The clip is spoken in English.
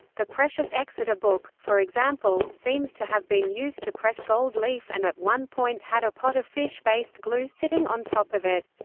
the precious exeter book, for example, seems to have been used to press gold leaf and at one point had a pot of fish-based glue sitting on top of it.